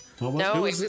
No